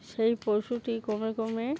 সেই পশুটি ক্রমে ক্রমে